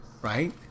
right